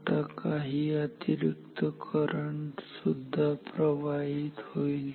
आता काही अतिरिक्त करंट यामधून प्रवाहित होईल